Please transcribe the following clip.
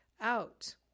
out